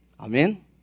Amen